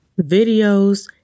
videos